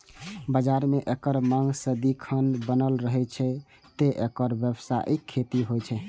बाजार मे एकर मांग सदिखन बनल रहै छै, तें एकर व्यावसायिक खेती होइ छै